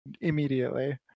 immediately